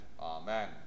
Amen